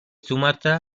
sumatra